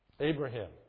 Abraham